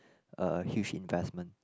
a huge investment